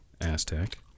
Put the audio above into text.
Aztec